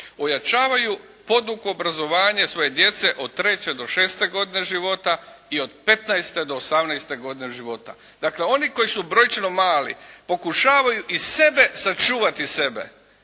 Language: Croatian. Ojačavaju poduku i obrazovanje svoje djece od 3. do 6. godine života i od 15. do 18. godine života. Dakle, oni koji su brojčano mali pokušavaju sačuvati sebe.